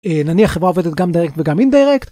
‫נניח חברה עובדת ‫גם דירקט וגם אינדירקט?